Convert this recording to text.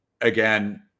again